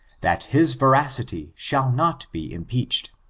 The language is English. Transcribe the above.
that his veracity shall not be impeached.